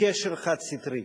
קשר חד-סטרי.